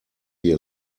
wir